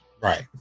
Right